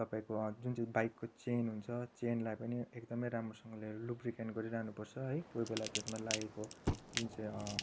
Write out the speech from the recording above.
तपाईँको जुन चाहिँ बाइकको चेन हुन्छ चेनलाई पनि एकदमै राम्रोसँगले लुप्रिकेन्ट गरिरहनु पर्छ है कोही बेला त्यसमा लागेको जुन चाहिँ